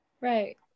right